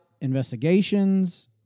investigations